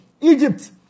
Egypt